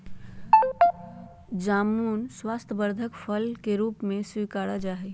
जामुन स्वास्थ्यवर्धक फल के रूप में स्वीकारा जाहई